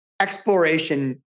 exploration